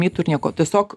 mitų ir nieko tiesiog